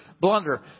blunder